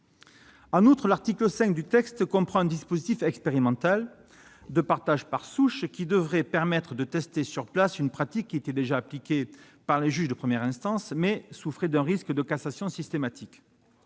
En outre, l'article 5 du texte comprend un dispositif expérimental de partage par souche qui devrait permettre de tester sur place une pratique qui était déjà mise en oeuvre par les juges de première instance, mais souffrait d'un risque de cassation systématique.